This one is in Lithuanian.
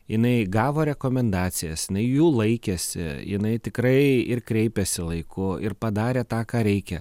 jinai gavo rekomendacijas jinai jų laikėsi jinai tikrai ir kreipėsi laiku ir padarė tą ką reikia